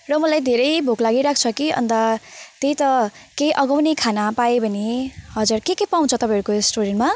र मलाई धेरै भोक लागिरहेको छ कि अनि त त्यही त केही अघाउने खाना पाएँ भने हजुर के के पाउँछ तपाईँहरूको रेस्टुरेन्टमा